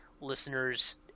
listeners